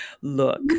Look